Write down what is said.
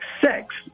sex